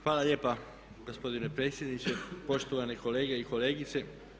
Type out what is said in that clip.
Hvala lijepa gospodine predsjedniče, poštovani kolege i kolegice.